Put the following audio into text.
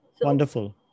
wonderful